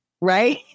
right